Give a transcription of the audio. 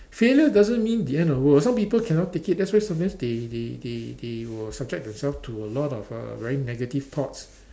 failure doesn't mean the end of the world some people cannot take it that's why sometimes they they they they will subject themselves to a lot of uh very negative thoughts